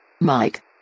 Mike